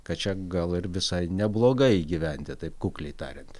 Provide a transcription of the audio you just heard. kad čia gal ir visai neblogai gyventi taip kukliai tariant